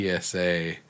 PSA